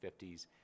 50s